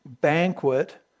banquet